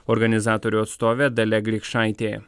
organizatorių atstovė dalia grikšaitė